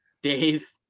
Dave